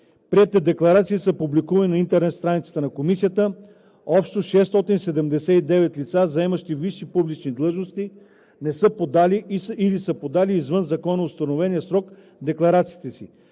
Приетите декларации са публикувани на интернет страницата на Комисията. Общо 679 лица, заемащи висши публични длъжности, не са подали или са подали извън законоустановения срок декларациите си.